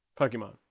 Pokemon